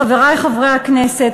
חברי חברי הכנסת,